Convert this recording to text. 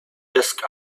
desk